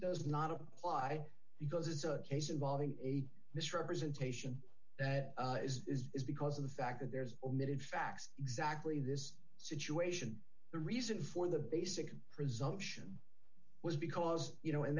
does not apply because it's a case involving a misrepresentation that is because of the fact that there's omitted facts exactly this situation the reason for the basic presumption was because you know in